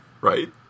Right